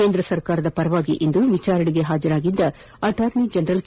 ಕೇಂದ್ರ ಸರ್ಕಾರದ ಪರವಾಗಿ ಇಂದು ವಿಚಾರಣೆಗೆ ಹಾಜರಾದ ಅಚಾರ್ನಿ ಜನರಲ್ ಕೆ